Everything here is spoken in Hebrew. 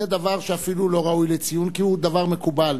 זה דבר שאפילו לא ראוי לציון, כי הוא דבר מקובל.